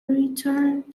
returned